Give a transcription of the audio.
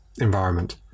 environment